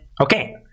Okay